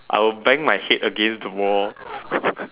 I will bang my head against the wall